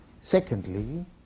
Secondly